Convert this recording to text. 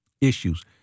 issues